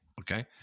Okay